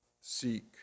seek